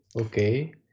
okay